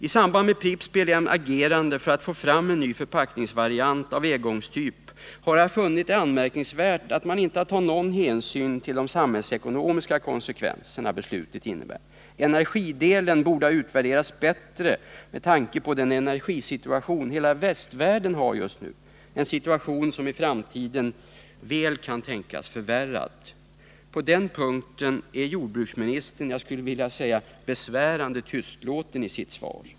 I samband med Pripps/PLM:s agerande för att få fram en ny förpackningsvariant av engångstyp har jag funnit det anmärkningsvärt att man inte tar någon hänsyn till de samhällsekonomiska konsekvenser beslutet innebär. Energidelen borde ha utvärderats bättre med tanke på den energisituation hela västvärlden just nu har, en situation som i framtiden väl kan tänkas förvärras. På den punkten är jordbruksministern — skulle jag vilja säga — besvärande tystlåten i sitt svar.